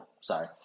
sorry